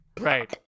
Right